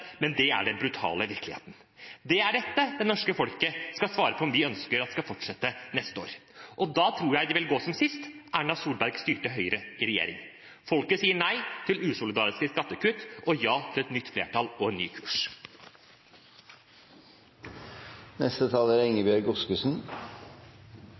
men det er den brutale virkeligheten. Det er dette det norske folket skal svare på om de ønsker at skal fortsette neste år. Da tror jeg det vil gå som sist Erna Solberg styrte Høyre i regjering: Folket sier nei til usolidariske skattekutt og ja til et nytt flertall og en ny kurs. En av forutsetningene for å lykkes med omstilling og nyskaping i framtiden, er